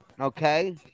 Okay